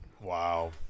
Wow